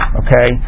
okay